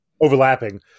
overlapping